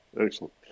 excellent